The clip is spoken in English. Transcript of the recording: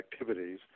activities